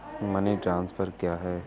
Money transfer क्या है?